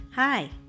Hi